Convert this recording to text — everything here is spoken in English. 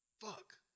Fuck